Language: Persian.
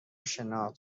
شناخت